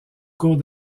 cours